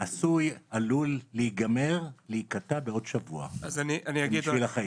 עלול להיגמר, להיקטע בעוד שבוע, 'שביל החיים'.